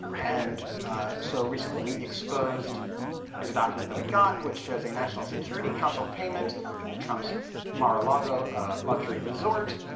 and so, recently, we exposed here's a document that we got, which shows a national security council payment to trump's mar a lago luxury resort,